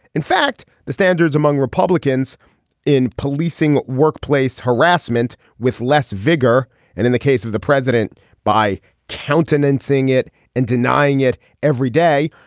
in fact the standards among republicans in policing workplace harassment with less vigor and in the case of the president by countenancing it and denying it every day.